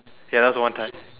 ya that was the one time